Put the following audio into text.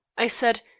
i said,